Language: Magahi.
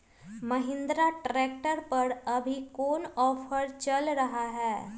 महिंद्रा ट्रैक्टर पर अभी कोन ऑफर चल रहा है?